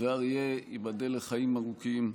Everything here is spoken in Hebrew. ואריה, ייבדל לחיים ארוכים,